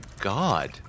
God